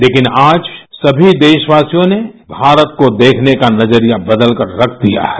लेकिन आज सभी देशवासियों ने भारत को देखने का नजरिया बदलकर रख दिया है